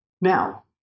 Now